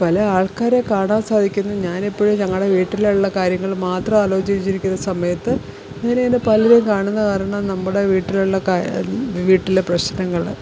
പല ആൾക്കാരെ കാണാൻ സാധിക്കുന്നു ഞാന് ഇപ്പോഴും ഞങ്ങളുടെ വീട്ടിലുള്ള കാര്യങ്ങള് മാത്രമാലോച്ചിരിക്കുന്ന സമയത്ത് ഇങ്ങനെ എന്നെ പലരും കാണുന്നത് കാരണം നമ്മുടെ വീട്ടിലുള്ള കാ വീട്ടിലുള്ള പ്രശ്നങ്ങള്